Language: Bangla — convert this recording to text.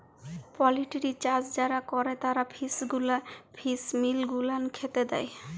পলটিরি চাষ যারা ক্যরে তারা ফিস মিল গুলান খ্যাতে দেই